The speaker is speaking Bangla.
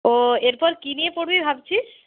ও এরপর কি নিয়ে পড়বি ভাবছিস